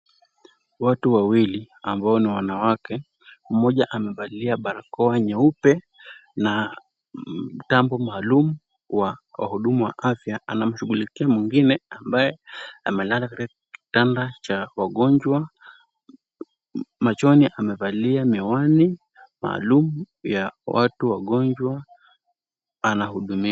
Watu wawili ambao ni wanawake, mmoja amevalia barakoa nyeupe na mtambo maalum wa wahudumu wa afya. Anamshughulikia mwingine ambaye amelala katika kitanda cha wagonjwa, machoni amevalia miwani maalum ya watu wagonjwa anahudumiwa.